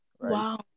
Wow